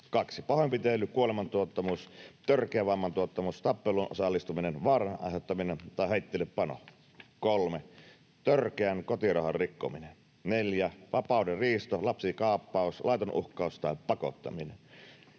2) pahoinpitely, kuolemantuottamus, törkeä vammantuottamus, tappeluun osallistuminen, vaaran aiheuttaminen tai heitteillepano 3) törkeä kotirauhan rikkominen 4) vapaudenriisto, lapsikaappaus, laiton uhkaus tai pakottaminen